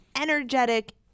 energetic